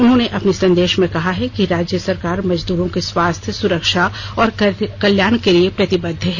उन्होंने अपने संदेश में कहा है कि राज्य सरकार मजदूरो के स्वास्थ्य सुरक्षा और कल्याण के लिए प्रतिबद्ध है